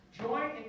join